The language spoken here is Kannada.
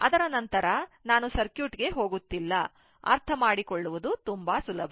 ಅದರ ನಂತರ ನಾನು ಸರ್ಕ್ಯೂಟ್ ಗೆ ಹೋಗುತ್ತಿಲ್ಲ ಅರ್ಥಮಾಡಿಕೊಳ್ಳುವುದು ತುಂಬಾ ಸುಲಭ